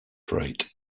freight